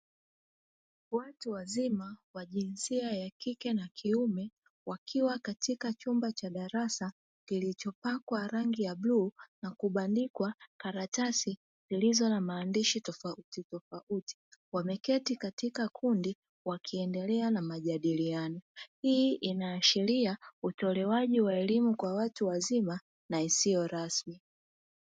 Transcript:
Watu wazima wa jinsia ya kike na kiume wakiwa katika chumba cha darasa kilichopakwa rangi ya bluu na kubandikwa karatasi zilizo na maandishi tofauti tofauti, wameketi katika kundi wakiendelea na majadiliano, hii inaashiria utolewaji wa elimu kwa watu wazima na isiyo rasmi.